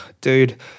dude